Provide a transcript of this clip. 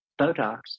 botox